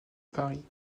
paris